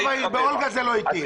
במערב העיר, באולגה, זה לא התאים.